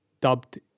dubbed